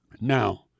Now